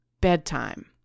bedtime